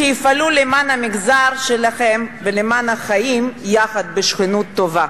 שיפעלו למען המגזר שלכם ולמען החיים יחד בשכנות טובה.